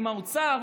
עם האוצר,